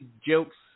jokes